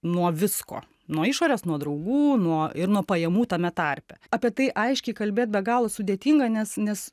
nuo visko nuo išorės nuo draugų nuo ir nuo pajamų tame tarpe apie tai aiškiai kalbėt be galo sudėtinga nes nes